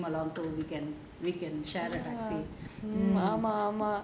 it's very good that you came along so we can we can share the taxi